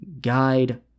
guide